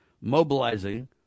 mobilizing